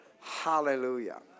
Hallelujah